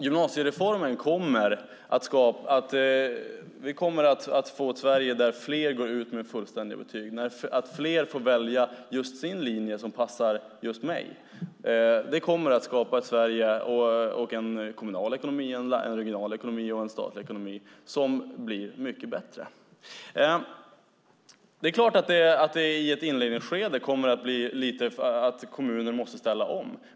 Gymnasiereformen kommer att leda till att vi får ett Sverige där fler går ut med fullständiga betyg, där fler får välja den linje som passar just dem. Det kommer att skapa ett Sverige och en kommunal ekonomi, en regional ekonomi och en statlig ekonomi som blir mycket bättre. Det är klart att kommuner i ett inledningsskede måste ställa om.